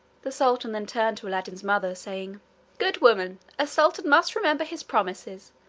the sultan then turned to aladdin's mother, saying good woman, a sultan must remember his promises,